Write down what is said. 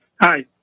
Hi